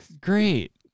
Great